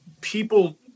people